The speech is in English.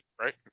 right